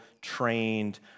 trained